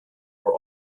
were